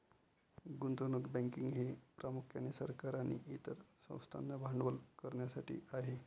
गुंतवणूक बँकिंग हे प्रामुख्याने सरकार आणि इतर संस्थांना भांडवल करण्यासाठी आहे